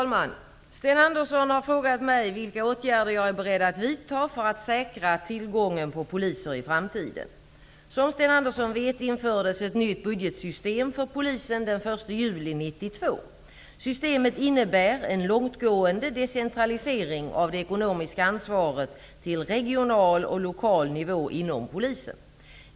Fru talman! Sten Andersson har frågat mig vilka åtgärder jag är beredd att vidta för att säkra tillgången på poliser i framtiden. Som Sten Andersson vet infördes ett nytt budgetsystem för polisen den 1 juli 1992. Systemet innebär en långtgående decentralisering av det ekonomiska ansvaret till regional och lokal nivå inom Polisen.